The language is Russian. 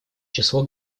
число